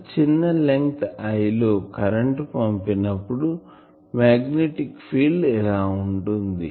అతి చిన్న length l లో కరెంటు పంపినప్పుడు మాగ్నెటిక్ ఫీల్డ్ ఇలా ఉంటుంది